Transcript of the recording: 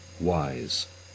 wise